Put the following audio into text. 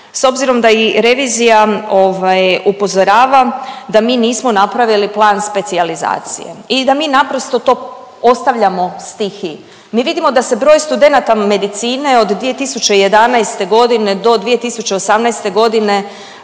s obzirom da i revizija upozorava da mi nismo napravili plan specijalizacije i da mi naprosto to ostavljamo stihiji. Mi vidimo da se broj studenata medicine od 2011.g. do 2018.g.